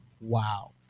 Wow